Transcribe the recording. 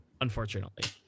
unfortunately